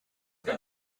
mais